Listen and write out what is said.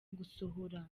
gusohora